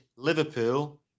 Liverpool